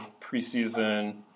preseason